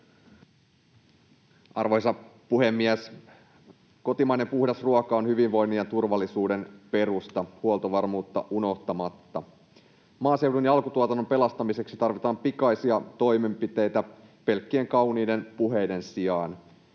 Arvoisa puhemies! Kotimainen puhdas ruoka on hyvinvoinnin ja turvallisuuden perusta, huoltovarmuutta unohtamatta. Maaseudun ja alkutuotannon pelastamiseksi tarvitaan pikaisia toimenpiteitä pelkkien kauniiden puheiden sijaan.